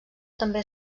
també